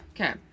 Okay